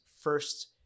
first